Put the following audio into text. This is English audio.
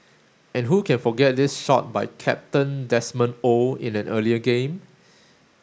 and who can forget this shot by captain Desmond Oh in an earlier game